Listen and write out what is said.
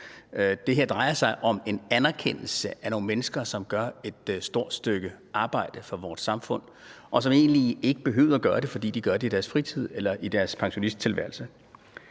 Det her drejer sig om en anerkendelse af nogle mennesker, som gør et stort stykke arbejde for vores samfund, og som egentlig ikke behøvede at gøre det, fordi de gør det i deres fritid eller i deres pensionisttilværelse.